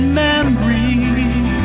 memories